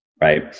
right